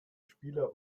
spieler